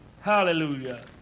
Hallelujah